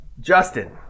justin